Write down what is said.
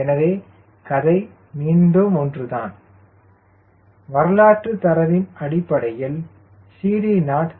எனவே கதை மீண்டும் ஒன்றுதான் வரலாற்றுத் தரவின் அடிப்படையில் CD0 0